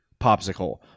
popsicle